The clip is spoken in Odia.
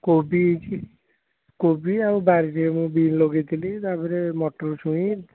କୋବି ହେଇଛି କୋବି ଆଉ ବାଡ଼ିରେ ମୁଁ ବିନ୍ ଲଗେଇଥିଲି ତାପରେ ମଟର ଛୁଇଁ